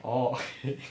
orh okay